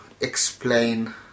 explain